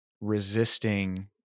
resisting